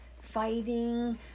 fighting